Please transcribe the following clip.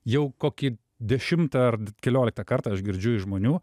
jau kokį dešimtą ar kelioliktą kartą aš girdžiu iš žmonių